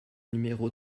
numéro